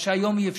מה שהיום אי-אפשר.